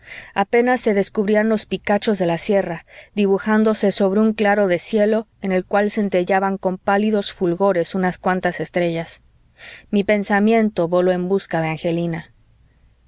apenas se descubrían los picachos de la sierra dibujándose sobre un claro de cielo en el cual centellaban con pálidos fulgores unas cuantas estrellas mi pensamiento voló en busca de mi angelina